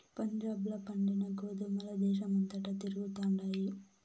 పంజాబ్ ల పండిన గోధుమల దేశమంతటా తిరుగుతండాయి